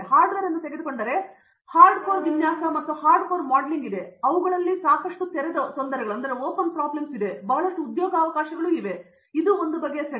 hardware ನೀವು ತೆಗೆದುಕೊಂಡರೆ hard core ವಿನ್ಯಾಸ ಮತ್ತು ಹಾರ್ಡ್ ಕೋರ್ ಮಾಡೆಲಿಂಗ್ ಇದೆ ಮತ್ತು ಅವುಗಳಲ್ಲಿ ಸಾಕಷ್ಟು ತೆರೆದ ತೊಂದರೆಗಳು ಮತ್ತು ಬಹಳಷ್ಟು ಉದ್ಯೋಗಾವಕಾಶಗಳು ಇವೆ ಆದ್ದರಿಂದ ಈ ಒಂದು ಸೆಟ್